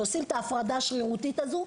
ועושים את ההפרדה השרירותית הזו,